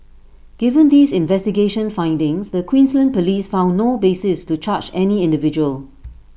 given these investigation findings the Queensland Police found no basis to charge any individual